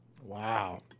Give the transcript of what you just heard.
Wow